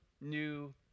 new